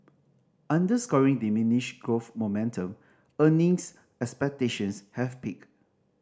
underscoring diminished growth momentum earnings expectations have peaked